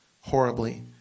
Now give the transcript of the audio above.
horribly